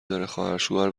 داره، خواهرشوهر